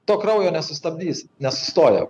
to kraujo nesustabdysi nesustoja